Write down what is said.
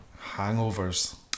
hangovers